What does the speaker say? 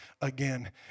again